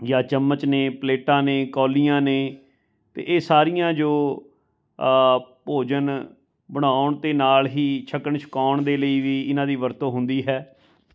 ਜਾਂ ਚਮਚ ਨੇ ਪਲੇਟਾਂ ਨੇ ਕੌਲੀਆਂ ਨੇ ਅਤੇ ਇਹ ਸਾਰੀਆਂ ਜੋ ਭੋਜਨ ਬਣਾਉਣ ਤੇ ਨਾਲ ਹੀ ਛਕਣ ਛਕਾਉਣ ਦੇ ਲਈ ਵੀ ਇਹਨਾਂ ਦੀ ਵਰਤੋਂ ਹੁੰਦੀ ਹੈ